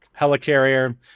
helicarrier